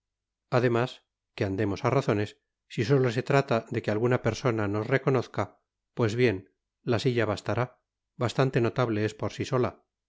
además que andemos á razones si solo se trata de que alguna persona nos reconozca pues bien la silla bastará bastante notable es por sí sola